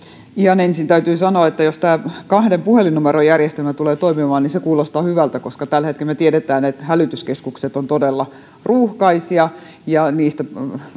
ihan ensin täytyy sanoa että jos tämä kahden puhelinnumeron järjestelmä tulee toimimaan niin se kuulostaa hyvältä koska tällä hetkellä me tiedämme että hälytyskeskukset ovat todella ruuhkaisia ja niissä